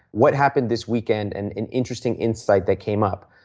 what happened this weekend, and and interesting insight that came up.